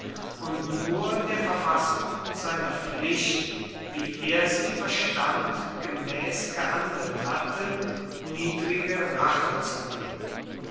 und nur der verfassung und seiner pflicht wie er sie verstand gemäß gehandelt hatte niedrige rache zu nehmen